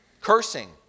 cursing